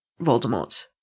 Voldemort